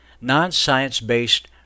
non-science-based